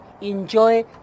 enjoy